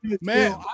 Man